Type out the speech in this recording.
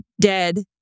Dead